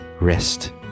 rest